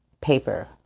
paper